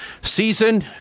season